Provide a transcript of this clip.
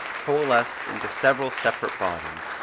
coalesce into several separate bodies,